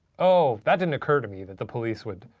oh that didn't occur to me that the police would.